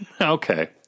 Okay